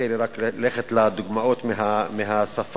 תן לי רק ללכת לדוגמאות מהשפה.